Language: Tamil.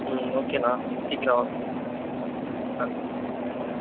ம் ஓகேணா கொஞ்சம் சீக்கிரம் வாங்க ஆ ம்